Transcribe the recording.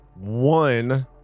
One